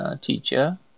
teacher